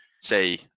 Say